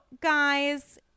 guys